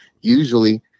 Usually